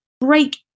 break